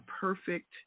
perfect